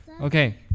Okay